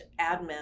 admin